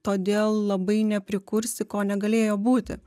todėl labai neprikursi ko negalėjo būti